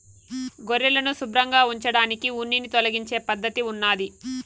గొర్రెలను శుభ్రంగా ఉంచడానికి ఉన్నిని తొలగించే పద్ధతి ఉన్నాది